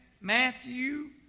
Matthew